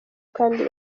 kandi